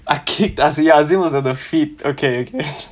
I kicked azim azim was at the feet okay okay